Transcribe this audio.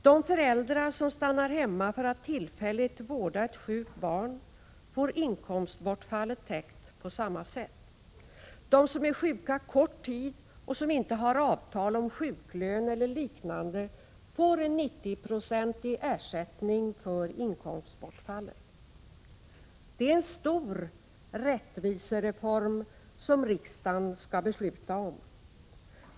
De föräldrar som stannar hemma för att tillfälligt vårda ett sjukt barn får inkomstbortfallet täckt på samma sätt. De som är sjuka kort tid och som inte har avtal om sjuklön eller liknande får en 90-procentig ersättning för inkomstbortfallet. Det är en stor rättvisereform som riksdagen skall besluta om.